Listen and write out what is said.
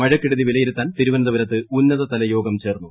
മഴക്കെടുതി വിലയിരുത്താൻ തിരുവനന്തപുരത്ത് ഉന്നതതല യോഗം ചേർന്നു